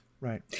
Right